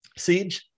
Siege